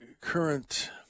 current